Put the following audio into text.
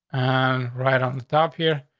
um, right on the top here,